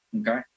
Okay